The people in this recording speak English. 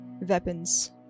weapons